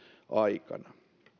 aikana